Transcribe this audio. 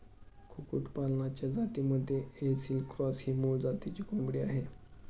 कुक्कुटपालनाच्या जातींमध्ये ऐसिल क्रॉस ही मूळ जातीची कोंबडी आहे